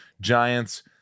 Giants